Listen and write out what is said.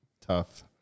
tough